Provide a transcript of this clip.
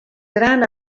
gran